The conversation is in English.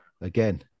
again